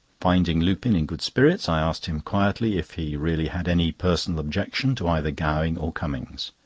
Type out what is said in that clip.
finding lupin in good spirits, i asked him quietly if he really had any personal objection to either gowing or cummings.